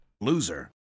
Loser